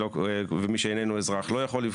ומי שאיננו אזרח לא יכול לבחור.